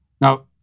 Now